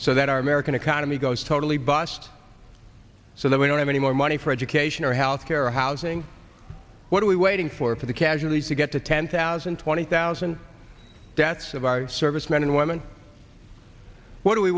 so that our american economy goes totally bust so that we don't have any more money for education or health care housing what are we waiting for for the casualties to get to ten thousand twenty thousand deaths of our servicemen and women what are we